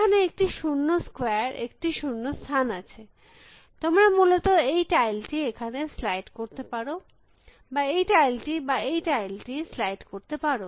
সুতরাং এখানে একটি শূন্য স্কয়ার একটি শূন্য স্থান আছে তোমরা মূলত এই টাইলটি এখানে স্লাইড করতে পারো বা এই টাইলটি বা এই টাইলটি স্লাইড করতে পারো